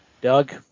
Doug